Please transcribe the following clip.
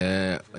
אבל לא אחרון.